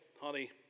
honey